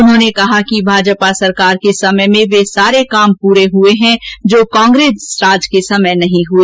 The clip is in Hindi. उन्होंने कहा कि भाजपा सरकार के समय में वे सारे काम पूरे हुए हैं जो कांग्रेस राज के समय नहीं हुए